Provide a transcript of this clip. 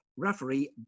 Referee